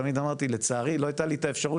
תמיד אמרתי שלצערי לא הייתה לי את האפשרות